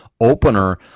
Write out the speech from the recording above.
opener